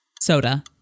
Soda